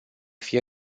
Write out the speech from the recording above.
fie